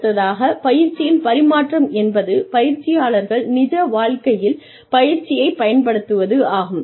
அடுத்ததாக பயிற்சியின் பரிமாற்றம் என்பது பயிற்சியாளர்கள் நிஜ வாழ்க்கையில் பயிற்சியைப் பயன்படுத்துவதாகும்